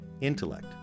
Intellect